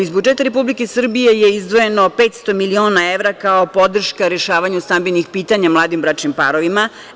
Iz budžeta Republike Srbije je izdvojeno 500 miliona evra kao podrška rešavanju stambenih pitanja mladim bračnim parovima.